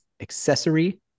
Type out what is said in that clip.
accessory